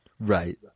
Right